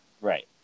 Right